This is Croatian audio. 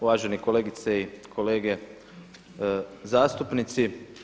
Uvažene kolegice i kolege zastupnici.